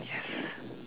yes